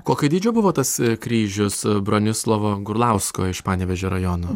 kokio dydžio buvo tas kryžius bronislovo gurlausko iš panevėžio rajono